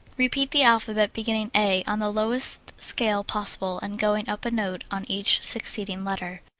repeat the alphabet, beginning a on the lowest scale possible and going up a note on each succeeding letter,